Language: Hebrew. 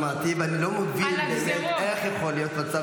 שמעתי ואני לא מבין איך יכול להיות מצב